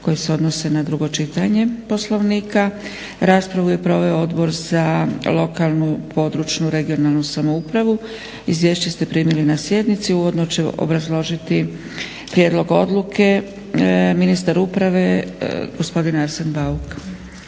koje se odnose na drugo čitanje Poslovnika. Raspravu je proveo Odbor za lokalnu, područnu, regionalnu samoupravu. Izvješće ste primili na sjednici. Uvodno će obrazložiti prijedlog odluke ministar uprave gospodin Arsen Bauk.